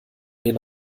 den